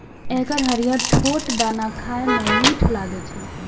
एकर हरियर छोट दाना खाए मे मीठ लागै छै